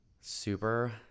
Super